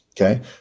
okay